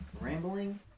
rambling